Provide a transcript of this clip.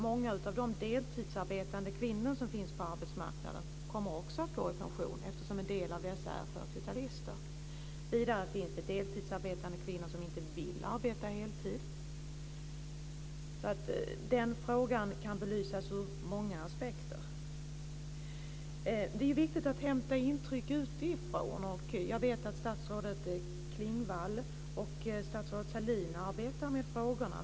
Många av de deltidsarbetande kvinnor som finns på arbetsmarknaden kommer också att gå i pension, eftersom en del av dem är 40-talister. Vidare finns det deltidsarbetande kvinnor som inte vill arbeta heltid. Den frågan kan belysas ur många aspekter. Det är viktigt att hämta intryck utifrån. Jag vet att statsrådet Klingvall och statsrådet Sahlin arbetar med frågorna.